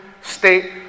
state